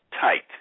tight